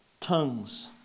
tongues